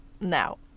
now